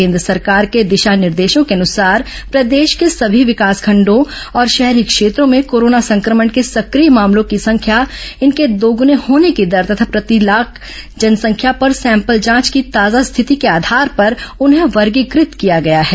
केन्द्र सरकार के दिशा निर्देशों के अनुसार प्रदेश के सभी विकासखंडों और शहरी क्षेत्रों में कोरोना संक्रमण के सक्रिय मामलों की संख्या इनके दोगुने होने की दर तथा प्रति एक लाख जनंसख्या पर सैंपल जांच की ताजा स्थिति के आधार पर उन्हें वर्गीकृत किया गया है